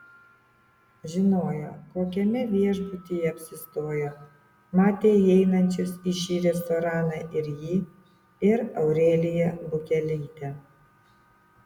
žinojo kokiame viešbutyje apsistojo matė įeinančius į šį restoraną ir jį ir aureliją bukelytę